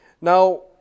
Now